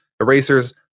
erasers